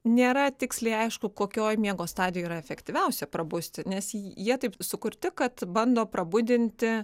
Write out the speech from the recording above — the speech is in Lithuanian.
nėra tiksliai aišku kokioj miego stadijoj yra efektyviausia prabusti nes jie taip sukurti kad bando prabudinti